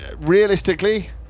realistically